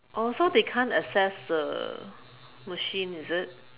oh so they can't access the machine is it